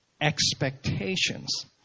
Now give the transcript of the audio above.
Expectations